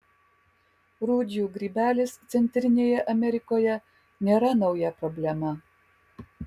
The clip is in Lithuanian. rūdžių grybelis centrinėje amerikoje nėra nauja problema